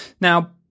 Now